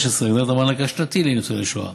15. הגדלת המענק השנתי לניצולי שואה,